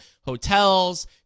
hotels